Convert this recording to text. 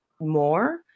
more